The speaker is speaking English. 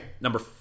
Number